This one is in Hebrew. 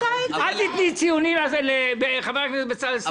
אל תתני ציונים לשר חבר הכנסת בצלאל סמוטריץ'.